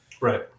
Right